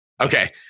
Okay